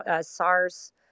SARS